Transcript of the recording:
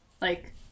like-